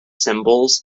symbols